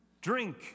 drink